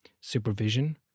supervision